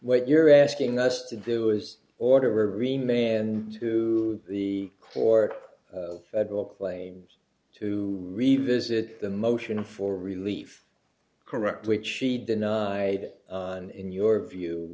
what you're asking us to do is order remain to the core federal claims to revisit the motion for relief correct which she denied in your view